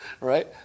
Right